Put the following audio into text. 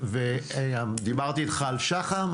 דיברתי איתך על שח"מ,